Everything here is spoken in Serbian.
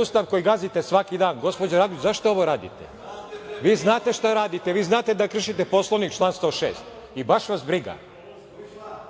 Ustav koji gazite svaki dan. Gospođo Raguš, zašto ovo radite? Vi znate šta radite, vi znate da kršite Poslovnik, član 106. i baš vas briga.